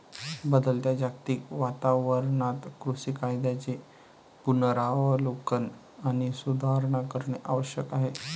बदलत्या जागतिक वातावरणात कृषी कायद्यांचे पुनरावलोकन आणि सुधारणा करणे आवश्यक आहे